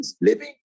living